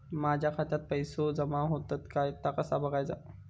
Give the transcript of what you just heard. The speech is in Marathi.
माझ्या खात्यात पैसो जमा होतत काय ता कसा बगायचा?